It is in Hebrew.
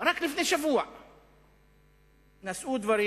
רק לפני שבוע נשאו דברים.